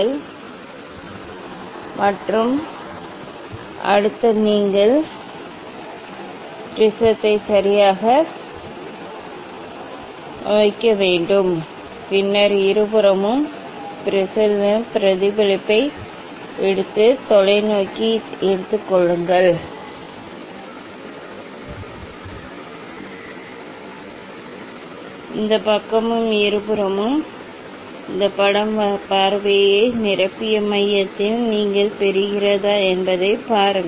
பின்னர் அடுத்து நீங்கள் ப்ரிஸத்தை சரியாக வைக்க வேண்டும் பின்னர் இருபுறமும் ப்ரிஸிலிருந்து பிரதிபலிப்பை எடுத்து தொலைநோக்கி எடுத்துக் கொள்ளுங்கள் இந்த பக்கமும் இருபுறமும் இந்த படம் பார்வையை நிரப்பிய மையத்தில் நீங்கள் பெறுகிறதா என்பதைப் பாருங்கள்